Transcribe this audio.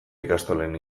ikastolen